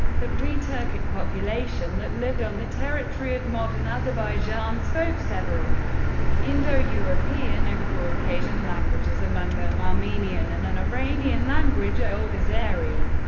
the pre-turkic population that lived on the territory of modern azerbaijan spoke several indo-european and caucasian languages, among them armenian and an iranian language, old azeri,